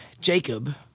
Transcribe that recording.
Jacob